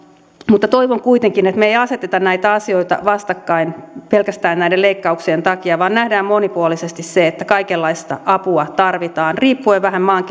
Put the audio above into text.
mutta toivon kuitenkin että me emme aseta näitä asioita vastakkain pelkästään näiden leikkauksien takia vaan näemme monipuolisesti sen että kaikenlaista apua tarvitaan riippuen vähän maan